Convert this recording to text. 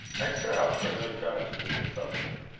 i set up for no judge, mr. sutherland,